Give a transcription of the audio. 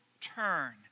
turn